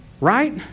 Right